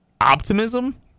optimism